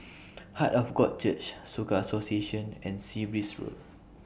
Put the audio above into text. Heart of God Church Soka Association and Sea Breeze Road